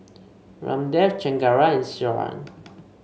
Ramdev Chengara and Iswaran